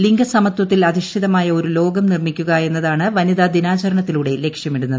ലിംഗസമത്വത്തിൽ അധിഷ്ഠിതമായ ഒരു ലോകം നിർമിക്കുക എന്നതാണ് വനിതാ ദിനാചരണത്തിലൂടെ ലക്ഷൃമിടുന്നത്